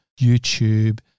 YouTube